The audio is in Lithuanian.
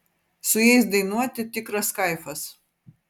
su jais dainuoti tikras kaifas